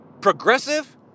progressive